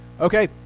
Okay